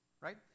Right